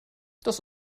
das